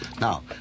Now